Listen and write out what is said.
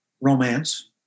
romance